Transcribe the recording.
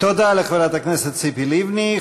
תודה לחברת הכנסת ציפי לבני.